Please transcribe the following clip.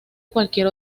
cualquier